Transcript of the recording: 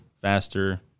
faster